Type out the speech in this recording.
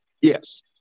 Yes